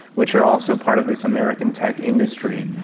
which are also part of this american tech industry,